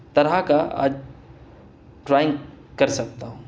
طرح کا آج ڈرائنگ کر سکتا ہوں